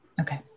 Okay